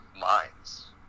minds